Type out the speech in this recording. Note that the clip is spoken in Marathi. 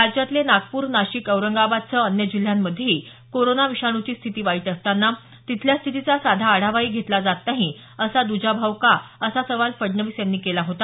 राज्यातले नागपूर नाशिक औरंगाबादसह अन्य जिल्ह्यांमध्येही कोरोना विषाणूची स्थिती वाईट असताना तिथल्या स्थितीचा साधा आढावाही घेतला जात नाही असा द्जाभाव का असा सवाल फडणवीस यांनी केला होता